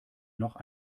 noch